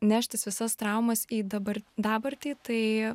neštis visas traumas į dabar dabartį tai